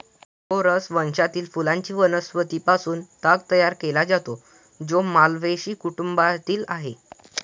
Corchorus वंशातील फुलांच्या वनस्पतीं पासून ताग तयार केला जातो, जो माल्व्हेसी कुटुंबातील आहे